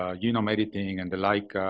ah you know, meditating and the like,